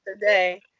Today